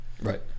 Right